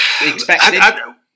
expected